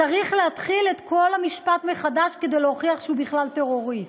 צריך להתחיל את כל המשפט מחדש כדי להוכיח שהוא בכלל טרוריסט,